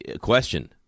question